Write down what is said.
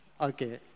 Okay